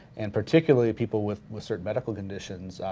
and particularly people with with certain medical conditions,